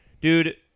Dude